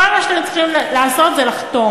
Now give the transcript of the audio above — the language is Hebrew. כל מה שאתם צריכים לעשות זה לחתום.